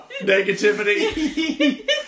negativity